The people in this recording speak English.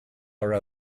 are